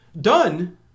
done